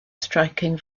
striking